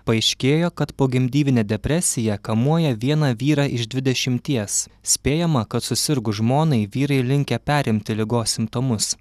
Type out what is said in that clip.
paaiškėjo kad pogimdyvinė depresija kamuoja vieną vyrą iš dvidešimties spėjama kad susirgus žmonai vyrai linkę perimti ligos simptomus